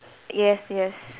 yes yes